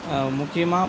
முக்கியமாக